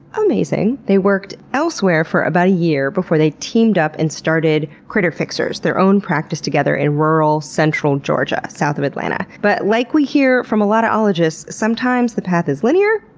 amazing! they worked elsewhere for about a year before they teamed up and started critter fixers, their own practice together in rural central georgia, south of atlanta. but, like we hear from a lot of ologists, sometimes the path is linear,